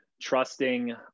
trusting